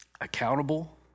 accountable